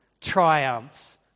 triumphs